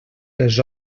les